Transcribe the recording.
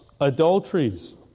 adulteries